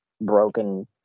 broken